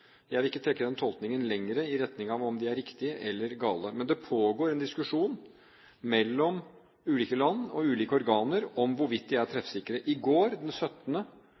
Jeg vil ikke trekke den tolkningen lenger i retning av om de er riktige eller gale. Men det pågår en diskusjon mellom ulike land og ulike organer om hvorvidt de er treffsikre. I går, den